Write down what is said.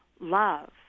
love